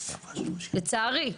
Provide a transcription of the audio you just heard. לצערי.